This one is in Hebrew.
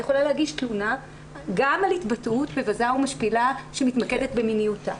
היא יכולה להגיש תלונה גם על התבטאות מבזה ומשפילה שמתמקדת במיניותה.